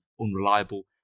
unreliable